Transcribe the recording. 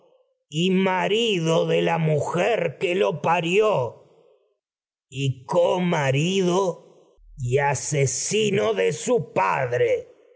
marido de de su la mujer que lo parió y comaasesino estas padre